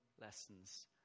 lessons